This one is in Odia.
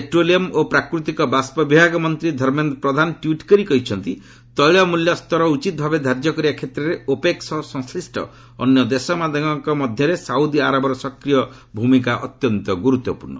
ପେଟ୍ରୋଲିୟମ୍ ଓ ପ୍ରାକୃତିକ ବାଷ୍ପ ବିଭାଗ ମନ୍ତ୍ରୀ ଧର୍ମେନ୍ଦ୍ର ପ୍ରଧାନ ଟ୍ୱିଟ୍ କରି କହିଛନ୍ତି ତୈଳ ମୂଲ୍ୟ ସ୍ତର ଉଚିତ ଭାବେ ଧାର୍ଯ୍ୟ କରିବା କ୍ଷେତ୍ରରେ ଓପେକ୍ ସହ ସଂଶ୍ଲିଷ୍ଟ ଅନ୍ୟ ଦେଶମାନଙ୍କ ମଧ୍ୟରେ ସାଉଦି ଆରବର ସକ୍ରିୟ ଭୂମିକା ଅତ୍ୟନ୍ତ ଗୁରୁତ୍ୱପୂର୍ଣ୍ଣ